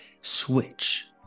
switch